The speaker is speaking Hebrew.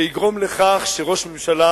שיגרום לכך שראש הממשלה,